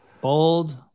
bold